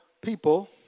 people